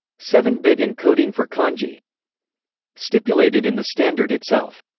seven bit encoding for kanji stipulated in the standard itself.